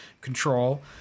control